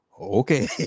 okay